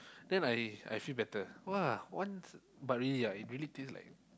then I I feel better !wah! one but really ah it really taste like